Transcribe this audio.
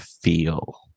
feel